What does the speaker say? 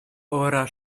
ora